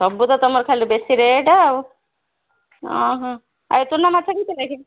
ସବୁତ ତମର ଖାଲି ବେଶୀ ରେଟ୍ ଆଉ ଅଁ ହଁ ଆଉ ଏ ଚୁନାମାଛ କେତେ ଲେଖାଁ